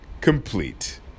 complete